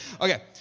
Okay